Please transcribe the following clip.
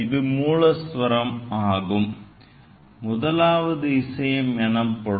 இது மூலஸ்வரம் அல்லது முதலாவது இசையம் எனப்படும்